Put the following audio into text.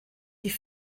die